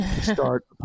start